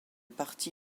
parti